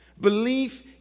belief